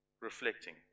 reflecting